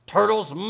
Turtles